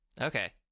Okay